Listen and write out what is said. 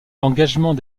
l’engagement